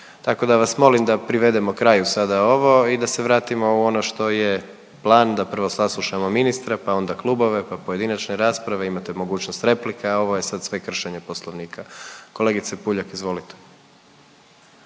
Tako da vas molim da privedemo kraju sada ovo i da se vratimo u ono što je plan, da prvo saslušamo ministra, pa onda klubove, pa pojedinačne rasprave, imate mogućnost replika, a ovo je sad sve kršenje Poslovnika. Kolegice Puljak, izvolite.